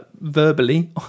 verbally